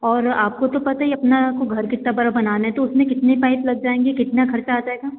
और आपको तो पता ही है अपना आपको घर कितना बड़ा बनाना है तो उसमें कितने पाइप लग जाएंगे कितना खर्चा आ जाएगा